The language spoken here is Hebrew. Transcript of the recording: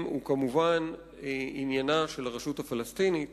הוא כמובן עניינה של הרשות הפלסטינית